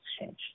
exchange